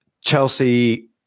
Chelsea